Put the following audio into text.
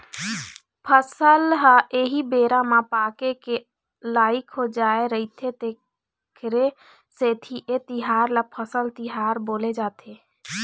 फसल ह एही बेरा म पाके के लइक हो जाय रहिथे तेखरे सेती ए तिहार ल फसल तिहार बोले जाथे